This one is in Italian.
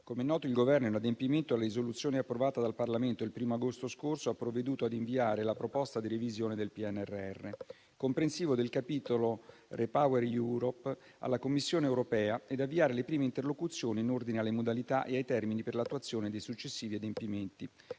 Come noto, il Governo in adempimento della risoluzione approvata dal Parlamento il 1° agosto scorso ha provveduto ad inviare la proposta di revisione del PNRR, comprensiva del capitolo REPowerEU, alla Commissione europea e ad avviare le prime interlocuzioni in ordine alle modalità e ai termini per l'attuazione dei successivi adempimenti.